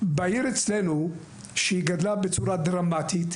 אצלנו בעיר, שגדלה בצורה דרמטית,